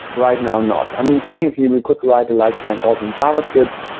right now, not. i mean, technically we could write a light client also in javascript.